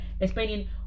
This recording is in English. explaining